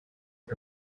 are